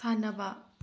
ꯁꯥꯟꯅꯕ